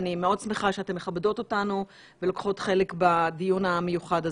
אני מאוד שמחה שאתן מכבדות אותנו ולוקחות חלק בדיון המיוחד הזה.